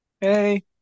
Hey